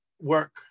work